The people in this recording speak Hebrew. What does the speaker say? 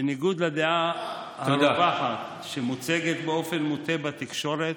בניגוד לדעה הרווחת שמוצגת באופן מוטעה בתקשורת,